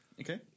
Okay